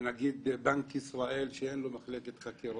לבנק ישראל, שאין לו מחלקת חקירות,